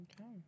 okay